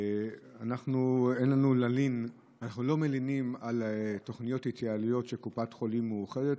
אנחנו לא מלינים על תוכניות התייעלות של קופת חולים מאוחדת,